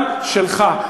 גם שלך,